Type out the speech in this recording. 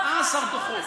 14 דוחות.